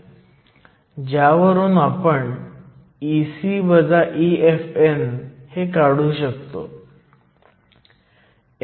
तर हे pn वाचले पाहिजे p आणि नाही ही माझी चूक आहे कारण NA हा ND पेक्षा खूप मोठा आहे